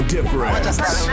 Difference